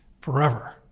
forever